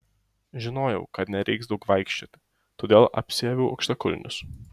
žinojau kad nereiks daug vaikščioti todėl apsiaviau aukštakulnius